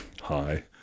hi